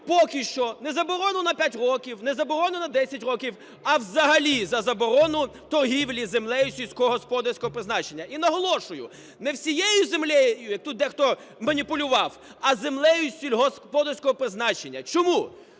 поки що, не заборону на 5 років, не заборону на 10 років, а взагалі за заборону торгівлі землею сільськогосподарського призначення. І наголошую, не всією землею, як тут дехто маніпулював, а землею сільськогосподарського призначення. Чому?